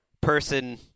person